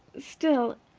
still,